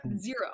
Zero